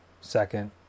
Second